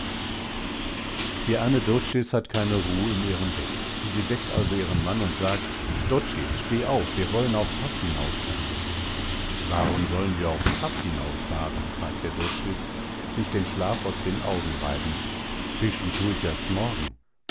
die ane doczys hat keine ruh in ihrem bett sie weckt also ihren mann und sagt doczys steh auf wir wollen aufs haff hinausfahren warum sollen wir aufs haff hinausfahren fragt der doczys sich den schlaf aus den augen reibend fischen tu ich erst morgen